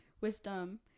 wisdom